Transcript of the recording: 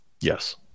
Yes